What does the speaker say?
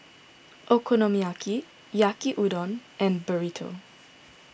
Okonomiyaki Yaki Udon and Burrito